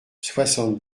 soixante